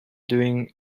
doing